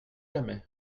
jamais